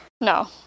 No